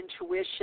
intuition